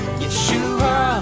Yeshua